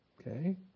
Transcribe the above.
Okay